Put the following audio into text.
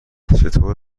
چطور